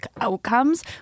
outcomes